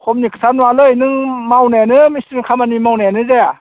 खमनि खोथा नङालै नों मावनायानो मिसथ्रिनि खामानि मावनायानो जाया